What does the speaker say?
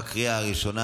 בקריאה הראשונה,